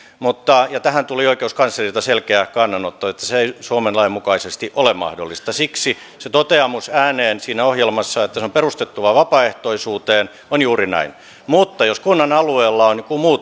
ja tähän tuli oikeuskanslerilta selkeä kannanotto että se ei suomen lain mukaisesti ole mahdollista siksi se toteamus ääneen siinä ohjelmassa että sen on perustuttava vapaaehtoisuuteen on juuri näin mutta jos kunnan alueella on joku muu